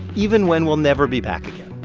even when we'll never be back again.